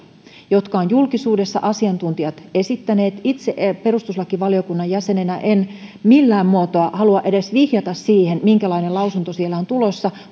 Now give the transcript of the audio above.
jotka ovat julkisuudessa asiantuntijat esittäneet itse perustuslakivaliokunnan jäsenenä en millään muotoa halua edes vihjata minkälainen lausunto sieltä on tulossa